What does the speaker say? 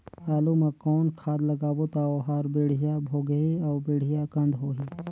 आलू मा कौन खाद लगाबो ता ओहार बेडिया भोगही अउ बेडिया कन्द होही?